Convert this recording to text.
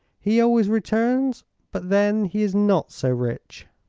he always returns but then he is not so rich.